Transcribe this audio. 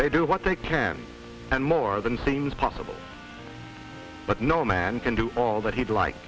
they do what they can and more than seems possible but no man can do all that he'd like